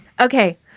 Okay